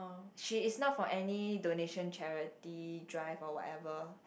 she is not from any donation charity drive or whatever